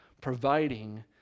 providing